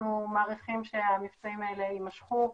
אנחנו מעריכים שהמבצעים האלה יימשכו,